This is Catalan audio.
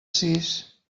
sis